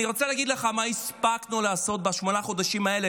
אני רוצה להגיד לך מה הספקנו לעשות בשמונת החודשים האלה,